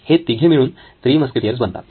हे तिघे मिळून थ्री मस्केटिअर्स बनतात